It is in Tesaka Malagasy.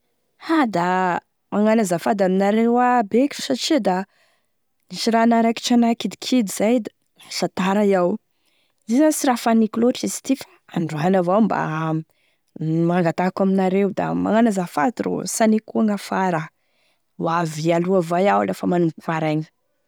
Ha da magnano azafady aminareo aby eky satria da misy raha naharaikitry ana eky zay kidikidy da lasa tara iaho, izy io zany sy raha faniko loatra izy ty fa androany avao mba gn'angatahako aminareo da magnano azafady ro tsy haniko koa gn'afara, ho avy aloha avao iaho lafa manomboky maraigny.